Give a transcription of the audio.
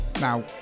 Now